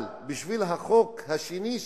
אבל בשביל החוק השני,